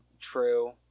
True